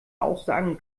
aussagen